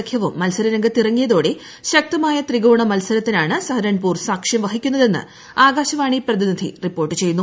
സഖ്യവും മത്സര രംഗത്തിറങ്ങിയതോടെ ശക്തമായ ത്രികോണ മത്സരത്തിനാണ് സഹരൺപൂർ സാക്ഷ്യം വഹിക്കുന്നതെന്ന് ആകാശവാണി പ്രതിനിധി റിപ്പോർട്ട് ചെയ്യുന്നു